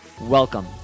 Welcome